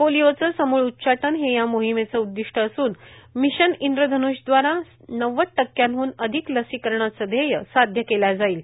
पोलिओचं समुळ उच्चाटन हे या मोहिमेचं उद्दिष्ट असून मिषन इंद्रधनृष्यदवारा नव्वद टक्क्यांहन अधिक लसीकरणाचं ध्येय साध्य केल्या जाईल